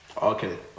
okay